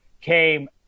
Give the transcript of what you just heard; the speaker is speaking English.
came